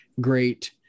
great